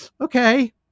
Okay